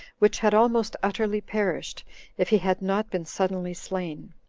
which had almost utterly perished if he had not been suddenly slain.